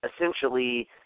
essentially